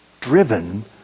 driven